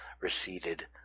receded